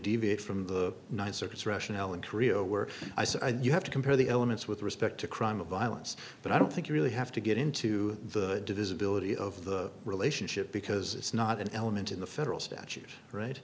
deviate from the ninth circuit's rationale in krio were i said you have to compare the elements with respect to crime of violence but i don't think you really have to get into the divisibility of the relationship because it's not an element in the federal statute right